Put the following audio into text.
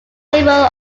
several